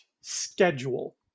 schedule